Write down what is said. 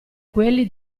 quelli